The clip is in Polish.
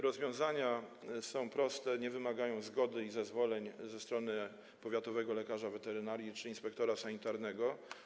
Rozwiązania są proste, nie wymagają zgody ani zezwoleń ze strony powiatowego lekarza weterynarii czy inspektora sanitarnego.